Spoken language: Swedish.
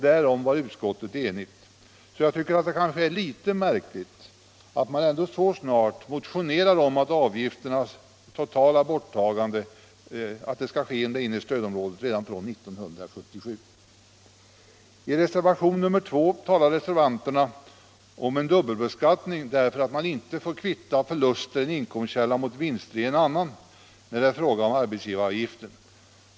Därom var utskottet enigt. Jag tycker därför att det är märkligt att man så snart motionerar om avgifternas totala borttagande i det inre stödområdet redan från 1977. I reservationen nr 2 påstår reservanterna att det förekommer dubbelbeskattning därför att man inte får kvitta förlust i en inkomstkälla mot vinst i en annan när det är fråga om arbetsgivaravgiften.